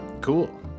Cool